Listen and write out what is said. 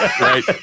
Right